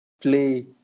play